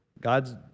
God's